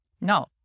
No